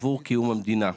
עבור קיום המדינה.